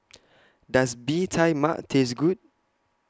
Does Bee Tai Mak Taste Good